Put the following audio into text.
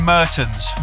Mertens